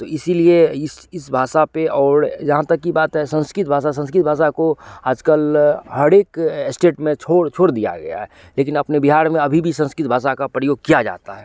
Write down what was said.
तो इसीलिए इस इस भाषा पर और जहाँ तक की बात है संस्कृत भाषा संस्कृत भाषा को आज कल हर एक एस्टेट में छो छोड़ दिया गया है लेकिन अपने बिहार में अभी भी संस्कृत भाषा का प्रयोग किया जाता है